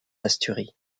asturies